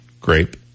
Grape